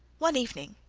one evening,